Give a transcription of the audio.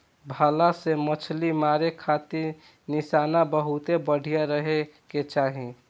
भला से मछली मारे खातिर निशाना बहुते बढ़िया रहे के चाही